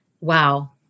wow